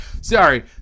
Sorry